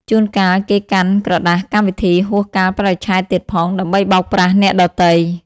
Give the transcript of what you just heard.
ជួនកាលគេកាន់ក្រដាសកម្មវិធីហួសកាលបរិច្ឆេទទៀតផង ដើម្បីបោកប្រាស់អ្នកដទៃ។